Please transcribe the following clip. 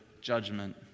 judgment